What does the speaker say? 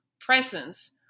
presence